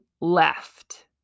left